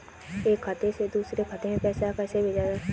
एक खाते से दूसरे खाते में पैसा कैसे भेजा जा सकता है?